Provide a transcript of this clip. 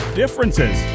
differences